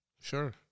Sure